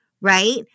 right